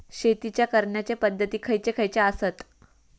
शेतीच्या करण्याचे पध्दती खैचे खैचे आसत?